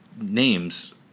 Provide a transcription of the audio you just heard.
names